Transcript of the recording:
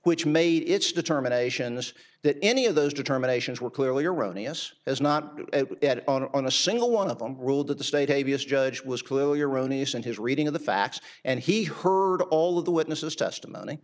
which made its determination is that any of those determinations were clearly erroneous as not to get on a single one of them ruled that the state a v s judge was clearly erroneous in his reading of the facts and he heard all of the witnesses testimony